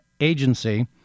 agency